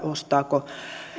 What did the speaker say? ostaako